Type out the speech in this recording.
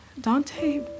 Dante